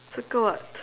circle what